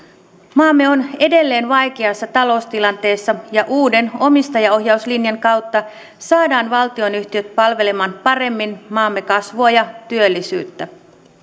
maamme on edelleen vaikeassa taloustilanteessa ja uuden omistajaohjauslinjan kautta saadaan valtionyhtiöt palvelemaan paremmin maamme kasvua ja työllisyyttä